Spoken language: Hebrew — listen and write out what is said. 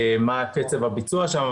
מה קצב הביצוע שם,